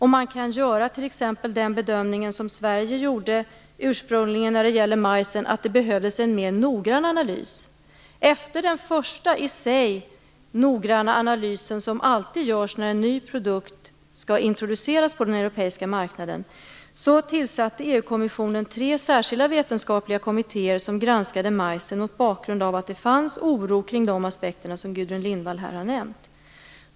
Man kan t.ex. göra den bedömning som Sverige ursprungligen gjorde när det gäller majsen, dvs. att en mer noggrann analys behövdes. Efter den första - i sig noggranna - analysen som alltid görs när en ny produkt skall introduceras på den europeiska marknaden tillsatte EU-kommissionen tre särskilda vetenskapliga kommittéer. Dessa granskade majsen, mot bakgrund av att det fanns oro kring de aspekter som Gudrun Lindvall här har nämnt.